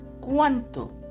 ¿Cuánto